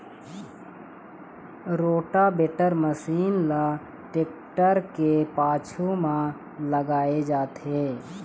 rotavator machine ल tractor के पाछू म लगाए जाथे